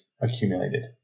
accumulated